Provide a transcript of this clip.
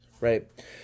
right